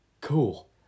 cool